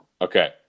Okay